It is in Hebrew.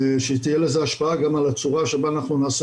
שתהיה לזה השפעה גם על הצורה שבה אנחנו נעשה